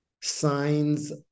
signs